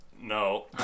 No